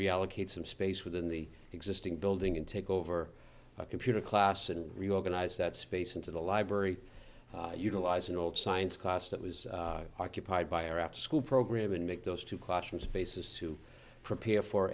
reallocate some space within the existing building and take over a computer class and reorganize that space into the library utilize an old science class that was occupied by our after school program and make those two classrooms basis to prepare for